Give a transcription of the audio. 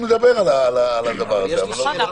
במסגרת.